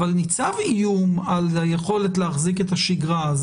אבל ניצב איום על היכולת להחזיק את השגרה.